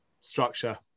structure